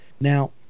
Now